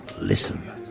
Listen